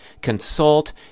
consult